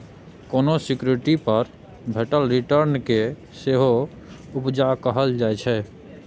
कोनो सिक्युरिटी पर भेटल रिटर्न केँ सेहो उपजा कहल जाइ छै